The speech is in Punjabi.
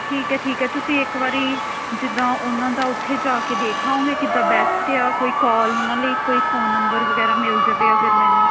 ਠੀਕ ਹੈ ਠੀਕ ਹੈ ਤੁਸੀਂ ਇੱਕ ਵਾਰ ਜਿੱਦਾਂ ਉਹਨਾਂ ਦਾ ਉੱਥੇ ਜਾ ਕੇ ਦੇਖ ਆਓਂਗੇ ਕਿੱਦਾਂ ਬੈਸਟ ਆ ਕੋਈ ਕਾਲ ਉਹਨਾਂ ਲਈ ਕੋਈ ਫੋਨ ਨੰਬਰ ਵਗੈਰਾ ਮਿਲ ਜਾਵੇ ਅਗਰ ਮੈਨੂੰ